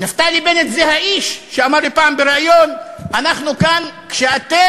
נפתלי בנט זה האיש שאמר לי פעם בריאיון: אנחנו כאן כשאתם